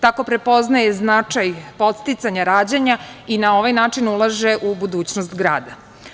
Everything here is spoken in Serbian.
Tako prepoznaje značaj podsticanja rađanja i na ovaj način ulaže u budućnost grada.